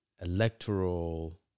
electoral